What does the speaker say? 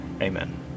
Amen